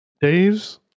Dave's